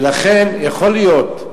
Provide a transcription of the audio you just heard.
ולכן יכול להיות.